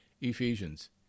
Ephesians